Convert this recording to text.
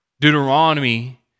Deuteronomy